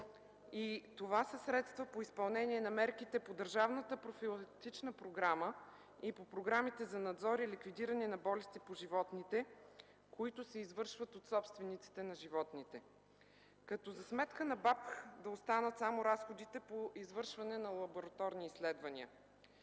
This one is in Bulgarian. това са средства по изпълнение на мерките по Държавната профилактична програма и по програмите за надзор и ликвидиране на болести по животните, които се извършват от собствениците на животните, като за сметка на БАБХ да останат само разходите по извършване на лабораторни изследвания.